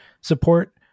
support